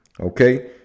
Okay